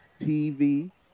TV